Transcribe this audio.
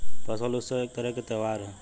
फसल उत्सव एक तरह के त्योहार ह